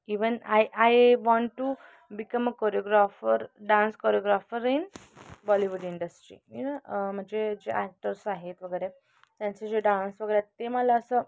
even I I want to become a choreographer dance choreographer in Bollywood industry you know म्हणजे जे actors आहेत वगैरे त्यांचे जे डान्स वगैरे आहेत ते मला असं